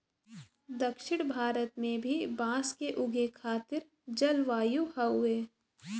दक्षिण भारत में भी बांस के उगे खातिर जलवायु हउवे